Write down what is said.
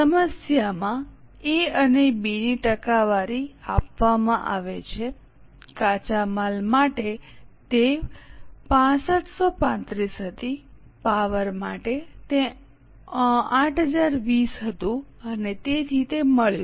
સમસ્યામાં એ અને બી ની ટકાવારી આપવામાં આવે છે કાચા માલ માટે તે 6535 હતી પાવર માટે તે 8020 હતું અને તેથી તે મળ્યું